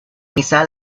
misa